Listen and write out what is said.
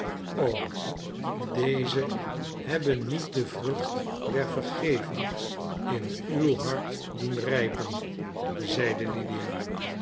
o deze hebben niet de vrucht der vergeving in uw hart doen rijpen zeide lydia